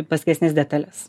paskesnes detales